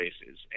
spaces